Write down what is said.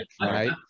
right